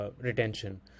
retention